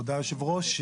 תודה היושב-ראש.